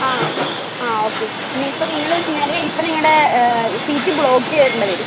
ആണോ ആ ഓക്കേ ഇപ്പം നിങ്ങള് ഞാനേ ഇപ്പം നിങ്ങളുടെ സീറ്റ് ബ്ലോക്ക് ചെയ്തിടണ്ട വരും